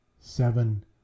seven